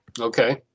Okay